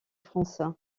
france